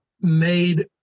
made